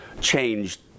changed